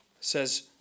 says